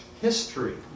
history